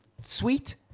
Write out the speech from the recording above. sweet